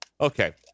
Okay